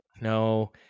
no